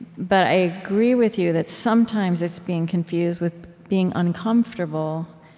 but i agree with you that sometimes it's being confused with being uncomfortable,